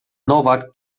nowak